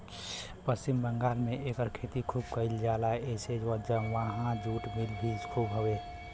पश्चिम बंगाल में एकर खेती खूब कइल जाला एसे उहाँ जुट मिल भी खूब हउवे